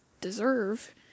deserve